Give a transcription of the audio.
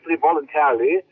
voluntarily